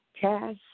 cash